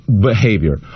behavior